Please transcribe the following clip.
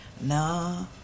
nah